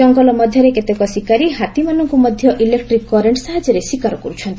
ଜଙ୍ଗଲ ମଧ୍ଧରେ କେତେକ ଶିକାରୀ ହାତୀମାନଙ୍କୁ ମଧ୍ଧ ଇଲେକ୍ଟ୍ରିକ୍ କରେଣ୍ଟ ସାହାଯ୍ୟରେ ଶିକାର କରୁଛନ୍ତି